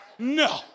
No